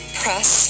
press